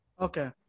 Okay